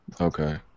Okay